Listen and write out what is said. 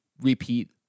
repeat